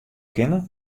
kinne